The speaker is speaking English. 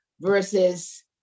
versus